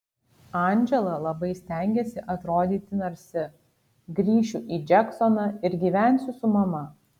andžela labai stengiasi atrodyti narsi grįšiu į džeksoną ir gyvensiu su mama